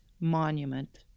monument